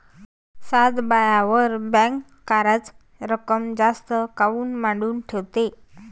सातबाऱ्यावर बँक कराच रक्कम जास्त काऊन मांडून ठेवते?